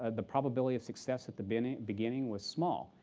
ah the probability of success at the beginning beginning was small.